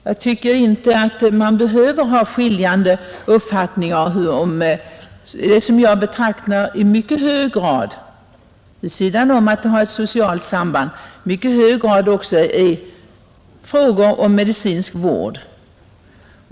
Jag tycker inte att man behöver ha skiljande uppfattningar om frågor som i mycket hög grad — vid sidan av att de har ett socialt samband — är frågor om medicinsk vård.